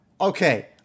okay